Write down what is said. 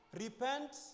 repent